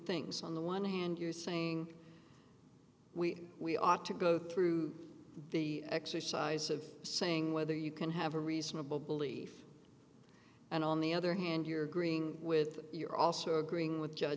things on the one hand you're saying we we ought to go through the exercise of saying whether you can have a reasonable belief and on the other hand you're greening with you're also agreeing with judge